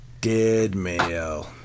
deadmail